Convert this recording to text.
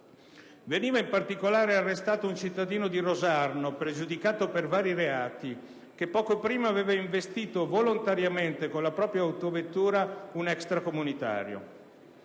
Veniva in particolare arrestato un cittadino di Rosarno, pregiudicato per vari reati, che poco prima aveva investito volontariamente con la propria autovettura un extracomunitario.